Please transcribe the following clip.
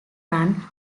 run